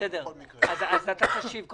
אדוני יושב-ראש,